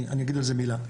ואני אגיד על זה מילה.